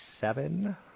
seven